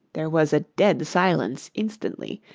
there was a dead silence instantly,